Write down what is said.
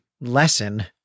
lesson